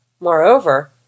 Moreover